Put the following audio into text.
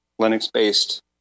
Linux-based